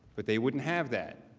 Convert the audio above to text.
but they wouldn't have that,